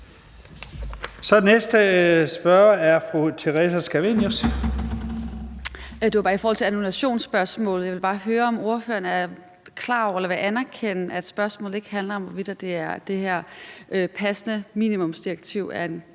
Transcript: Scavenius. Kl. 16:39 Theresa Scavenius (ALT): I forhold til annullationsspørgsmålet vil jeg bare høre, om ordføreren er klar over eller vil anerkende, at spørgsmålet ikke handler om, hvorvidt det her passende minimumsdirektiv er i